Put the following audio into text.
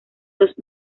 los